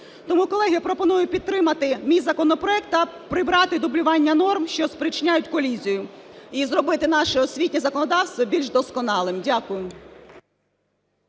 Тому, колеги, пропоную підтримати мій законопроект та прибрати дублювання норм, що спричиняють колізію, і зробити наше освітнє законодавство більш досконалим. Дякую.